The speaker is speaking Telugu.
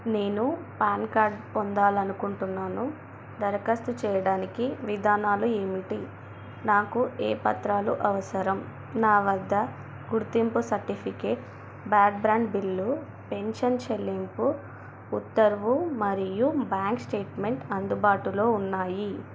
నేను పాన్ కార్డ్ పొందాలి అనుకుంటున్నాను దరఖాస్తు చేయడానికి విధానాలు ఏమిటి నాకు ఏ పత్రాలు అవసరం నావద్ద గుర్తింపు సర్టిఫికేట్ బ్రాడ్బ్యాండ్ బిల్లు పెన్షన్ చెల్లింపు ఉత్తర్వు మరియు బ్యాంక్ స్టేట్మెంట్ అందుబాటులో ఉన్నాయి